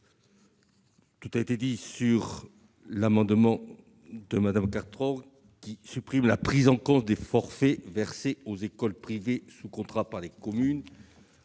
Tout a été dit sur l'amendement de Mme Cartron, qui vise à supprimer la prise en compte des forfaits versés aux écoles privées sous contrat par les communes.